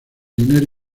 dinero